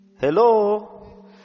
Hello